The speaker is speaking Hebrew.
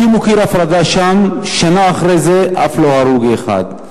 הקימו שם קיר הפרדה, שנה אחרי זה, אף לא הרוג אחד.